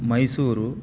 Mysuru